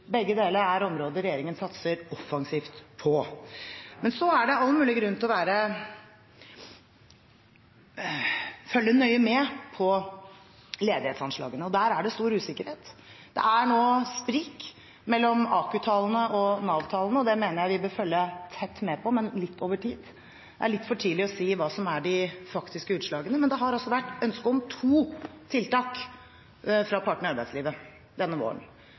Begge deler er områder regjeringen satser offensivt på. Så er det all mulig grunn til å følge nøye med på ledighetsanslagene. Der er det stor usikkerhet. Det er nå sprik mellom AKU-tallene og Nav-tallene, og det mener jeg vi bør følge tett med på, men litt over tid. Det er litt for tidlig å si hva de faktiske utslagene er. Men det har altså vært ønske om to tiltak fra partene i arbeidslivet denne våren.